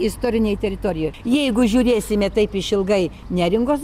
istorinėje teritorijoje jeigu žiūrėsime taip išilgai neringos